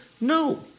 No